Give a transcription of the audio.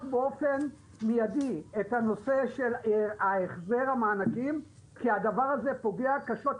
באופן מיידי את הנושא של החזר המענקים כי הדבר הזה פוגע קשות.